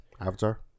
Avatar